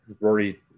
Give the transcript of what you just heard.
Rory